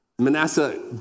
Manasseh